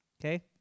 Okay